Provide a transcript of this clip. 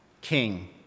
king